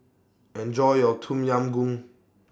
Enjoy your Tom Yam Goong